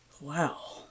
wow